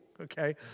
okay